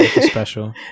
special